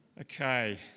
okay